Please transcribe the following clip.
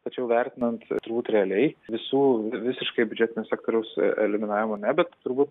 tačiau vertinant turbūt realiai visų visiškai biudžetinio sektoriaus eliminavimo bet turbūt